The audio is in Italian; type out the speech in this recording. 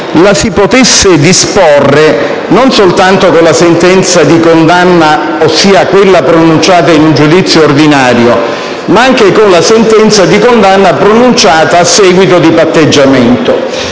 la si potesse disporre non soltanto con la sentenza di condanna pronunciata in un giudizio ordinario, ma anche con la sentenza di condanna pronunciata a seguito di patteggiamento.